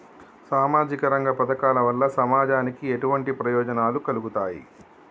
సామాజిక రంగ పథకాల వల్ల సమాజానికి ఎటువంటి ప్రయోజనాలు కలుగుతాయి?